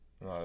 No